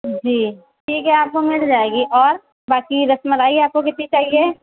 جی ٹھیک ہے آپ کو مل جائے گی اور باقی رس ملائی آپ کو کتنی چاہیے